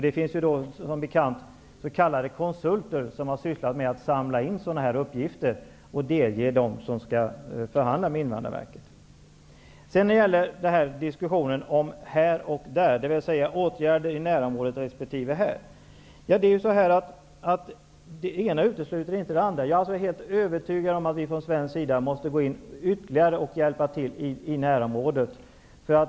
Det finns, som bekant, s.k. konsulter som har samlat in sådana uppgifter och delgivit dem till sådana som förhandlar med Vidare har vi diskussionen om ''där och här'', dvs. åtgärder i närområdet resp. här i Sverige. Det ena utesluter inte det andra. Jag är helt övertygad om att vi från svensk sida måste gå in och hjälpa till ytterligare i närområdet.